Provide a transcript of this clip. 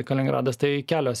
kaliningradas tai kelios